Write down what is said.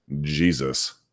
Jesus